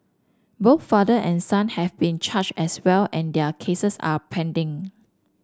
both father and son have been charged as well and their cases are pending